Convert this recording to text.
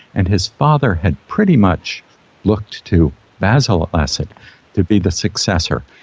and his father had pretty much looked to bassel al-assad to be the successor.